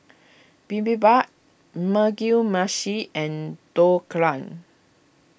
Bibimbap Mugi Meshi and Dhokla